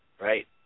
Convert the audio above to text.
right